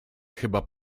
chyba